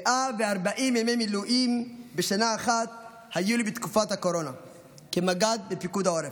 140 ימי מילואים בשנה אחת היו לי בתקופת הקורונה כמג"ד בפיקוד העורף,